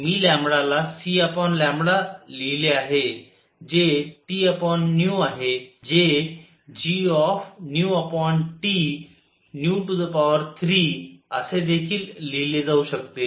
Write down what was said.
मी ला c लिहिले आहे जे Tआहे जे gT3असे देखील लिहिले जाऊ शकते